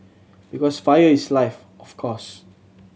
because fire is life of course